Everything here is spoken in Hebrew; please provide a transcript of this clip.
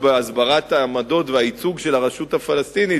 בהסברת העמדות והייצוג של הרשות הפלסטינית,